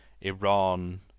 iran